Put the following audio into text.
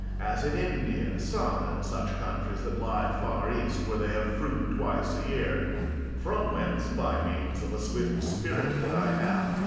as in india, saba, and such countries that lie far east, where they have fruit twice a-year from whence, by means of a swift spirit that i have,